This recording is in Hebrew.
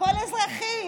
הכול אזרחי.